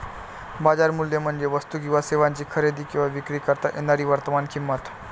बाजार मूल्य म्हणजे वस्तू किंवा सेवांची खरेदी किंवा विक्री करता येणारी वर्तमान किंमत